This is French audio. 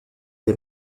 des